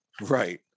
Right